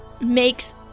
makes